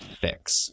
fix